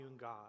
god